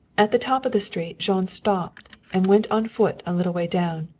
at the top of the street jean stopped and went on foot a little way down.